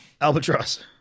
Albatross